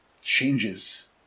changes